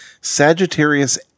Sagittarius